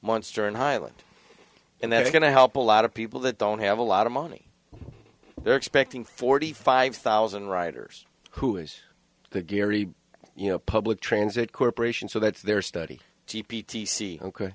monster and highland and they're going to help a lot of people that don't have a lot of money they're expecting forty five thousand writers who is the gary you know public transit corporation so that their study d p t